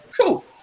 cool